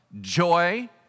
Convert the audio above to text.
joy